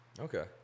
Okay